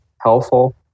helpful